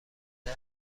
زده